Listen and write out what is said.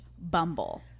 bumble